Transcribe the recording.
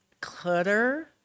clutter